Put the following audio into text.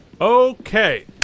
Okay